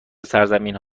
سرزمین